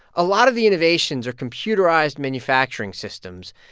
a lot of the innovations are computerized manufacturing systems,